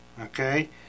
okay